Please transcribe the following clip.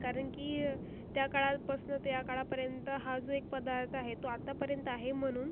कारण की त्या काळापासनं ते या काळापर्यंत हा जो एक पदार्थ आहे तो आतापर्यंत आहे म्हणून